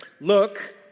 Look